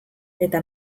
eta